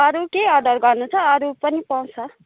अरू केही अर्डर गर्नु छ अरू पनि पाउँछ